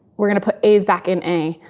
we're going to put a's back in a.